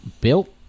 built